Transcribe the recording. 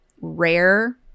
rare